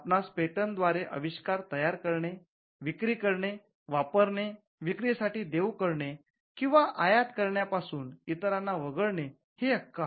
आपणास पेटंटद्वारे आविष्कार तयार करणे विक्री करणे वापरणे विक्रीसाठी देऊ करणे किंवा आयात करण्यापासून इतरांना वगळणे हे हक्क आहेत